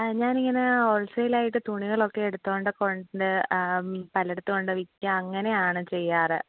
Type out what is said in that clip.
ഞാൻ ഇങ്ങനെ ഹോൾസെയിൽ ആയിട്ട് തുണികളൊക്കെ എടുത്തുകൊണ്ട് കൊണ്ട് പലയിടത്ത് കൊണ്ട് വിറ്റ് അങ്ങനെയാണ് ചെയ്യാറ്